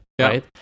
right